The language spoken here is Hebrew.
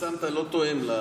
ששמת פה לא תואם.